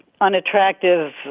unattractive